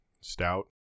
stout